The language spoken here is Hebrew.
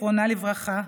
זיכרונה לברכה,